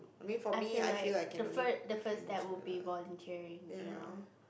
I feel like the fir~ first step would be volunteering you know